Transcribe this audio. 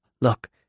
look